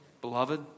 Beloved